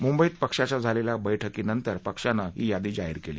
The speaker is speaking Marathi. मुंबईत पक्षाच्या झालेल्या बैठकीनंतर पक्षानं ही यादी जाहीर केली